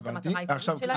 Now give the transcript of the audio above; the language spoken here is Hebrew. שזאת המטרה העיקרית שלנו.